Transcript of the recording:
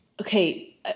okay